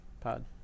pod